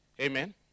Amen